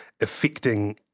affecting